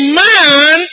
man